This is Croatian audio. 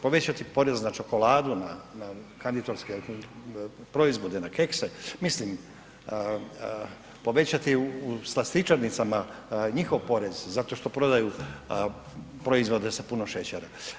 Povećat porez na čokoladu, na Kanditovske proizvode, na kekse, mislim, povećati u slastičarnicama njihov porez zato što prodaju proizvode sa puno šećera.